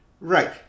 Right